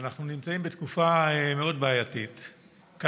אנחנו נמצאים בתקופה בעייתית מאוד,